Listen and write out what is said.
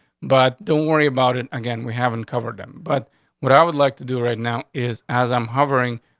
but don't worry about it again. we haven't covered them. but what i would like to do right now is as i'm hovering,